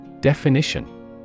Definition